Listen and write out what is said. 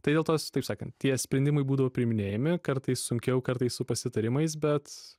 tai dėl tos taip sakant tie sprendimai būdavo priiminėjami kartais sunkiau kartais su pasitarimais bet